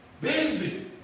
busy